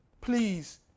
Please